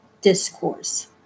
discourse